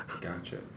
Gotcha